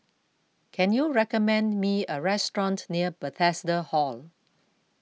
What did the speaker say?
can you recommend me a restaurant near Bethesda Hall